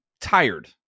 tired